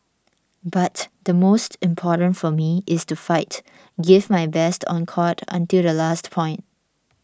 but the most important for me it's to fight give my best on court until the last point